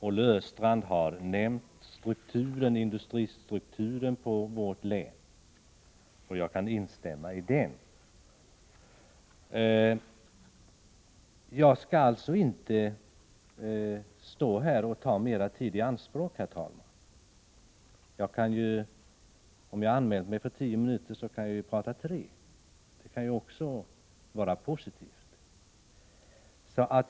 Olle Östrand har beskrivit industristrukturen i vårt län, och jag kan instämma i vad han sade. Herr talman! Jag skall nu inte ta mer av kammarens tid i anspråk. Trots att jag anmält mig för tio minuter, kan jag nöja mig med att tala i tre minuter — det kan ju vara positivt.